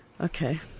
Okay